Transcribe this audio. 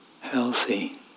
healthy